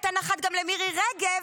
אז תן אחת גם למירי רגב,